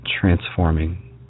Transforming